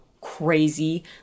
crazy